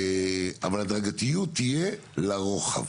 אבל הדרגתיות תהיה לרוחב.